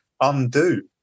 undo